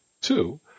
two